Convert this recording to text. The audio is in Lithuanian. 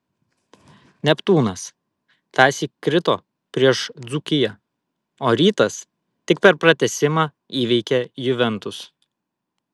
neptūnas tąsyk krito prieš dzūkiją o rytas tik per pratęsimą įveikė juventus